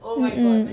mm mm